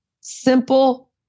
Simple